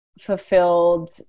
fulfilled